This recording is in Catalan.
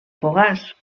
fogars